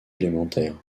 élémentaires